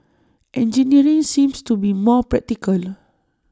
engineering seemed to be more practical